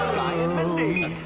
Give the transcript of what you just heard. um mindy